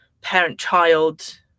parent-child